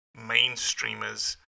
mainstreamers